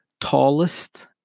tallest